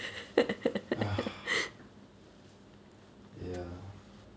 !hais! ya